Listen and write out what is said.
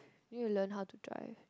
you learn how to drive